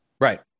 Right